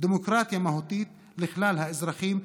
דמוקרטיה מהותית לכלל האזרחים,